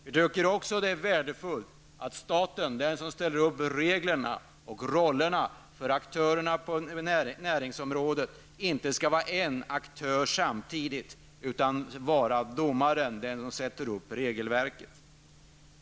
Vi tycker också att det är värdefullt att staten, som ställer upp reglerna och rollerna för aktörerna på näringsområdet, inte samtidigt skall vara en av aktörerna. Staten skall vara domaren som sätter upp regelverket.